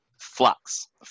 flux